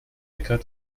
äcker